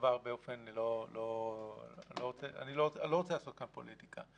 --- אני לא רוצה לעשות כאן פוליטיקה.